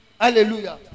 Hallelujah